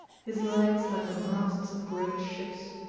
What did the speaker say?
his legs like the masts of great ships,